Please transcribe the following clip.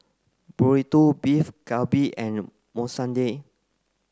Burrito Beef Galbi and Monsunabe